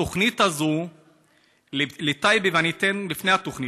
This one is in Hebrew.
התוכנית הזאת לטייבה, לפני התוכנית,